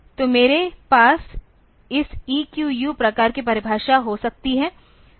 तो मेरे पास इस EQU प्रकार की परिभाषा हो सकती है